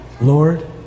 Lord